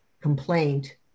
complaint